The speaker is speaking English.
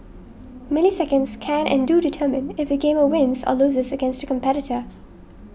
milliseconds can and do determine if the gamer wins or loses against a competitor